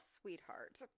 sweetheart